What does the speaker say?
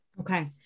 Okay